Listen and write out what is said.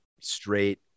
straight